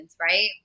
right